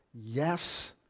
Yes